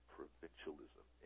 provincialism